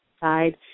side